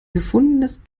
gefundenes